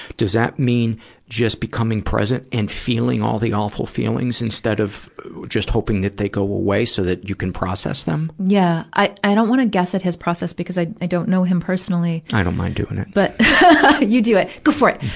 does that mean just becoming present and holding all the awful feelings instead of just hoping the go away so that you can process them? yeah. i, i don't wanna guess at his process, because i i don't know him personally. i don't mind doing it. but you do it go for it!